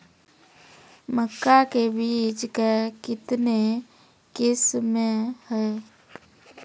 मक्का के बीज का कितने किसमें हैं?